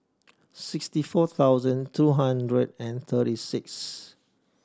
sixty four thousand three hundred and thirty six